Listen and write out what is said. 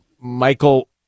Michael